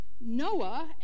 Noah